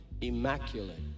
immaculate